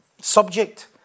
subject